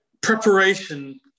preparation